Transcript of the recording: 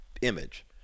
image